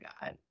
god